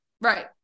Right